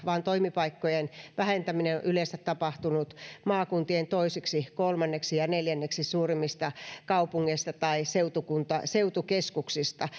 vaan toimipaikkojen vähentäminen on on yleensä tapahtunut maakuntien toiseksi kolmanneksi ja ja neljänneksi suurimmista kaupungeista tai seutukeskuksista seutukeskuksista